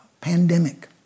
pandemic